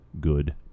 good